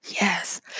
Yes